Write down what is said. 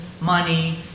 money